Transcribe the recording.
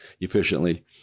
efficiently